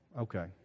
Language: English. Okay